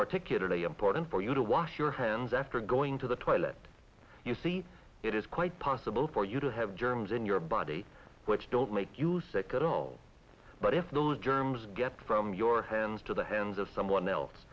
particularly important for you to wash your hands after going to the toilet you see it is quite possible for you to have germs in your body which don't make you sick at all but if those germs get from your hands to the hands of